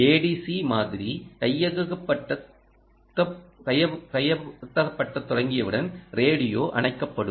ADC மாதிரி கையகப்படுத்த தொடங்கியவுடன் ரேடியோ அணைக்கப்படும்